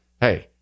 Hey